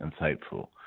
insightful